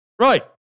Right